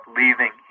leaving